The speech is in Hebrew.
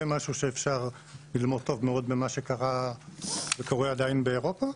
משהו שאפשר ללמוד טוב מאוד ממה שקרה וקורה עדיין באירופה.